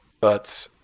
but